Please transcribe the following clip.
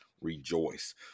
rejoice